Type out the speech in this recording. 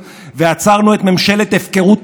המבוקר,